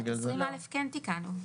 בסעיף 20א כן תיקנו.